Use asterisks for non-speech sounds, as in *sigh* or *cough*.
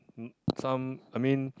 mm some *noise* I mean